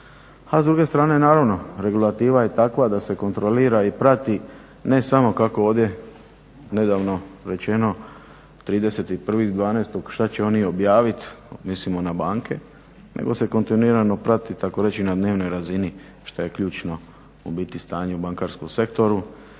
a s druge strane naravno regulativa je takva da se kontrolira i prati ne samo kako je ovdje nedavno rečeno 31.12. šta će oni objavit, mislimo na banke nego se kontinuirano prati takoreći na dnevnoj razini što je ključno u biti stanje u bankarskom sektoru.